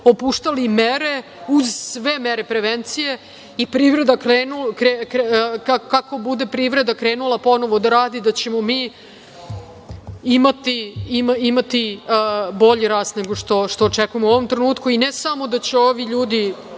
popuštali mere, uz sve mere prevencije, i kako bude privreda krenula ponovo da radi da ćemo imati bolji rast nego što očekujemo u ovom trenutku. Ne samo da će ovi ljudi